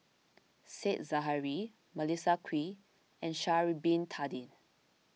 Said Zahari Melissa Kwee and Sha'ari Bin Tadin